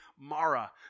Mara